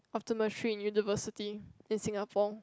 optometry in university in Singapore